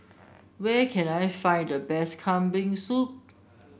where can I find the best Kambing Soup